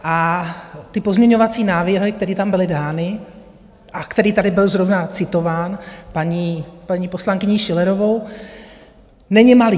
A ty pozměňovací návrhy, které tam byly dány a který tady byl zrovna citován paní poslankyní Schillerovou, není malý.